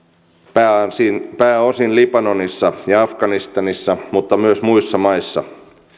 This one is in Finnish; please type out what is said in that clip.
pääosin pääosin libanonissa ja afganistanissa mutta myös muissa maissa